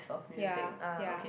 ya ya